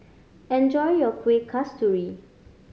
enjoy your Kueh Kasturi